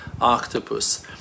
octopus